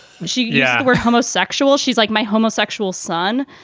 she yeah, we're homosexual. she's like my homosexual son.